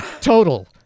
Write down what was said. total